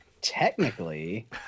Technically